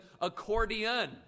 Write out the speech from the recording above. accordion